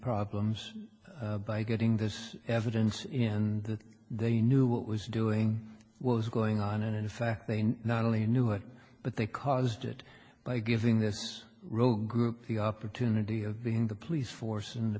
problems by getting this evidence and they knew what was doing was going on and in fact they not only knew it but they caused it by giving this rogue group the opportunity of being the police force in the